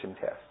test